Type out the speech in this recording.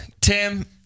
Tim